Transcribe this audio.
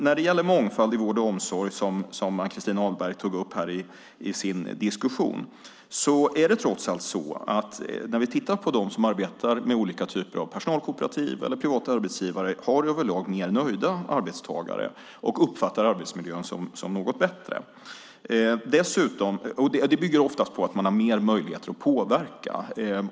När det gäller mångfald i vård och omsorg, som Ann-Christin Ahlberg tog upp här i sin diskussion, är det trots allt så när vi tittar på olika typer av personalkooperativ eller privata arbetsgivare att de över lag har mer nöjda arbetstagare. De uppfattar arbetsmiljön som något bättre. Det bygger oftast på att man har mer möjligheter att påverka.